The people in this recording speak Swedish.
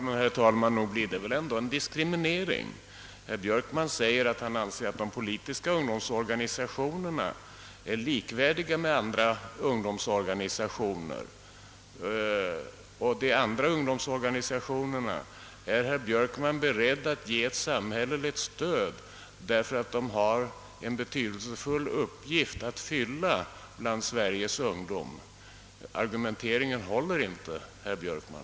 Herr talman! Nog blir det väl ändå en diskriminering? Herr Björkman säger att han anser att de politiska ungdomsorganisationerna är likvärdiga med andra ungdomsorganisationer, och de andra ungdomsorganisationerna är herr Björkman beredd att ge ett samhälleligt stöd emedan de har en betydelsefull uppgift att fylla bland Sveriges ungdom. Argumenteringen håller inte, herr Björkman!